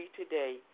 today